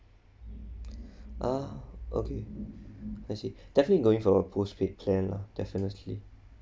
ah okay I see definitely going for a postpaid plan lah definitely